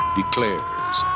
declares